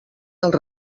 dels